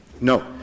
No